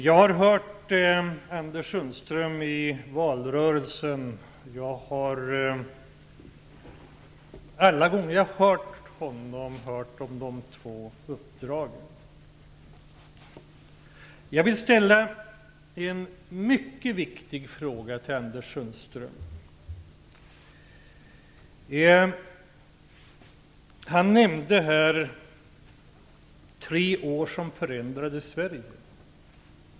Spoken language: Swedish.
Jag har hört Anders Sundström i valrörelsen, och alla gånger har jag hört om de två uppdragen. Sundström. Han talade om tre år som förändrade Sverige.